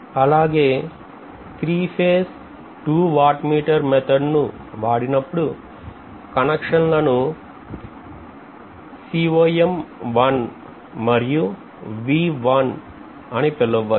అలాగే 3 phase 2 watt meter పద్ధతి ను వాడినప్పుడు కనెక్షన్ లను COM1 మరియు v1 అని పిలవవచ్చు